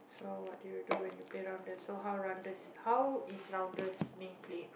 so what do you do when you play Rounders so how Rounders how is Rounders being played